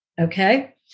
Okay